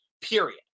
period